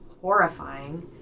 horrifying